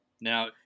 Now